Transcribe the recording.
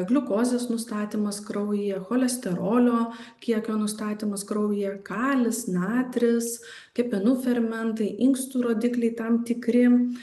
gliukozės nustatymas kraujyje cholesterolio kiekio nustatymas kraujyje kalis natris kepenų fermentai inkstų rodikliai tam tikri